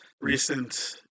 recent